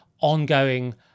ongoing